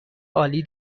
عالی